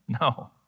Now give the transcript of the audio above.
No